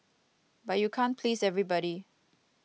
but you can't please everybody